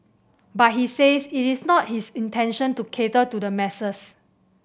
but he says it is not his intention to cater to the masses